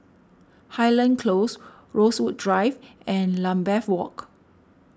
Highland Close Rosewood Drive and Lambeth Walk